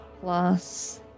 plus